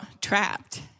trapped